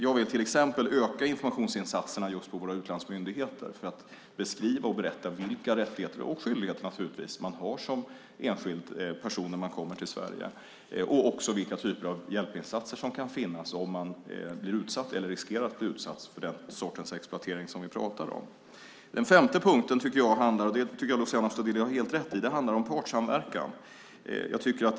Jag vill till exempel öka informationsinsatserna på våra utlandsmyndigheter för att beskriva och berätta vilka rättigheter, och naturligtvis även skyldigheter, man som enskild person har när man kommer till Sverige. Det gäller också de olika typer av hjälpinsatser som kan finnas om man blir eller riskerar att bli utsatt för den sortens exploatering som vi pratar om. För det femte handlar det om partssamverkan, och där har Luciano Astudillo helt rätt.